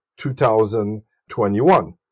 2021